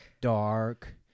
dark